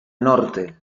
norte